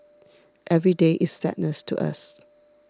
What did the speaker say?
every day is sadness to us